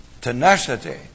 tenacity